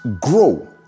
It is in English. grow